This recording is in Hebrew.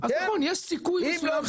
אז נכון, יש סיכוי מסוים שזה מועיל.